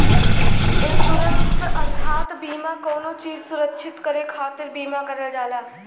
insurance अर्थात बीमा कउनो चीज सुरक्षित करे खातिर बीमा करल जाला